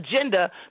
agenda